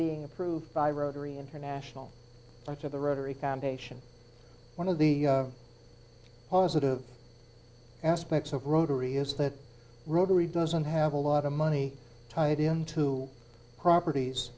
being approved by rotary international arch of the rotary foundation one of the positive aspects of rotary is that rotary doesn't have a lot of money tied into properties